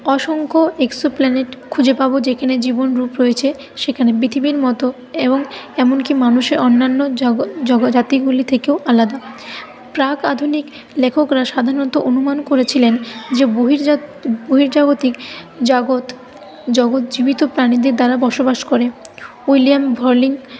অসংখ্য exoplanet খুঁজে পাবো যেখানে জীবনরূপ রয়েছে সেখানে পৃথিবীর মতো এবং এমনকি মানুষের অন্যান্য জাতিগুলি থেকেও আলাদা প্রাক আধুনিক লেখকরা সাধারনত অনুমান করেছিলেন যে বহির্জাগতিক জগত জগত জীবিত প্রাণীদের দ্বারা বসবাস করে উইলিয়াম